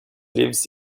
lives